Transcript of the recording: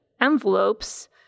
envelopes